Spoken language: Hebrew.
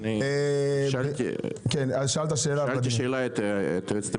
שאלתי את היועצת המשפטית.